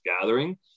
gathering